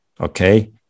okay